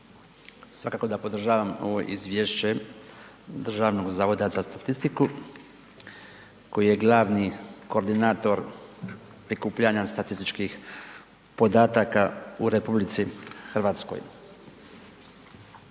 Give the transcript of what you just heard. Svakako da podržavam ovo izvješće Državnog zavoda za statistiku koji je glavni koordinator prikupljanja statističkih podataka u RH.